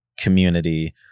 community